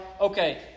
okay